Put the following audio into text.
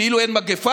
כאילו אין מגפה